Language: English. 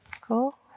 cool